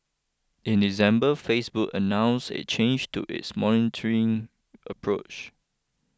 in December Facebook announce a change to its monitoring approach